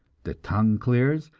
the tongue clears,